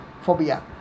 phobia